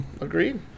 Agreed